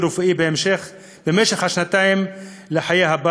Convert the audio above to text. רפואי במשך השנתיים הראשונות לחייו,